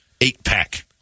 eight-pack